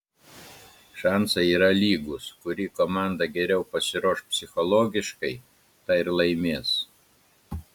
šansai yra lygūs kuri komanda geriau pasiruoš psichologiškai ta ir laimės